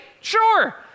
sure